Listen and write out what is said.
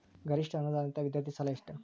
ಗರಿಷ್ಠ ಅನುದಾನಿತ ವಿದ್ಯಾರ್ಥಿ ಸಾಲ ಎಷ್ಟ